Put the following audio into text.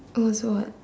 oh is what